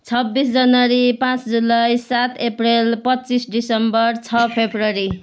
छब्बिस जनवरी पाँच जुलाई सात अप्रेल पच्चिस दिसम्बर छ फेब्रुअरी